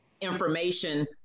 information